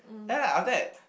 then I was that